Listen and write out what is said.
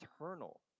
eternal